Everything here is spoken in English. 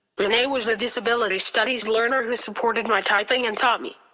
renee was a disability studies learner who supported my typing and taught me.